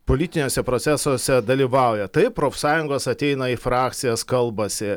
politiniuose procesuose dalyvauja taip profsąjungos ateina į frakcijas kalbasi